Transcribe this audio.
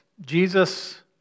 Jesus